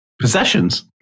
Possessions